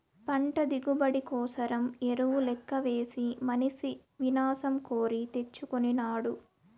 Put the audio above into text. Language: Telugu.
పంట దిగుబడి కోసరం ఎరువు లెక్కవేసి మనిసి వినాశం కోరి తెచ్చుకొనినాడు